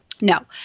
no